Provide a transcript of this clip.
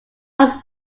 was